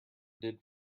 did